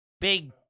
big